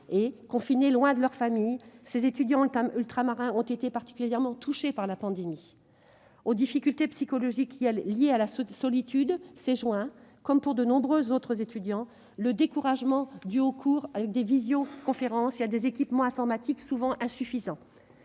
Confinés loin de leurs familles, les étudiants ultramarins ont été particulièrement touchés par la pandémie. Aux difficultés psychologiques liées à la solitude s'est ajouté, comme pour de nombreux autres étudiants, le découragement lié aux cours en visioconférence et à des équipements informatiques souvent insuffisants,